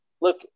look